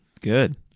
Good